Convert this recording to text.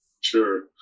Sure